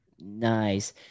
Nice